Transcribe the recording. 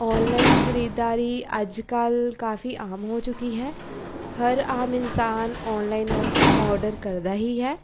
online ਖਰੀਦਦਾਰੀ ਅੱਜ ਕੱਲ੍ਹ ਕਾਫ਼ੀ ਆਮ ਹੋ ਚੁੱਕੀ ਹੈ ਹਰ ਆਮ ਇਨਸਾਨ ਔਨਲਾਈਨ ਔਰਡਰ ਕਰਦਾ ਹੀ ਹੈ